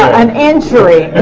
an injury